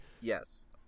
yes